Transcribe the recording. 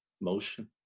Motion